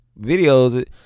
videos